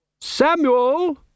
Samuel